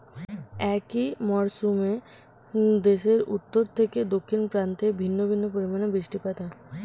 একই মরশুমে দেশের উত্তর থেকে দক্ষিণ প্রান্তে ভিন্ন ভিন্ন পরিমাণে বৃষ্টিপাত হয়